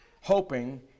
hoping